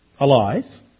Alive